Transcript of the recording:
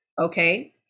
Okay